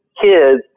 kids